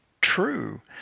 true